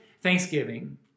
thanksgiving